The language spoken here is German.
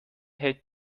hält